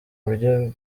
buryo